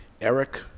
Eric